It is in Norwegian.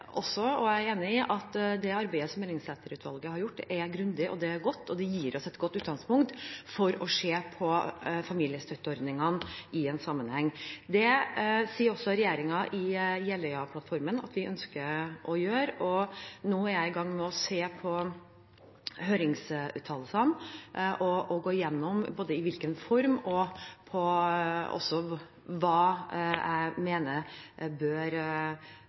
også riktig, og jeg er enig i, at det arbeidet som Ellingsæter-utvalget har gjort, er grundig, det er godt, og det gir oss et utgangspunkt for å se på familiestøtteordningene i en sammenheng. Det sier også regjeringen i Jeløya-plattformen at vi ønsker å gjøre. Nå er jeg i gang med å se på høringsuttalelsene – både hvilken form og hva jeg mener bør prioriteres og gå videre med når det kommer til støtteordningene for barnefamiliene. Jeg